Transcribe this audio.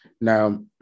Now